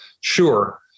Sure